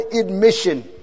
admission